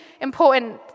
important